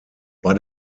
bei